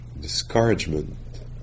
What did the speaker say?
Discouragement